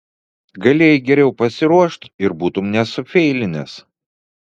galėjai geriau pasiruošt ir būtum nesufeilinęs